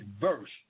verse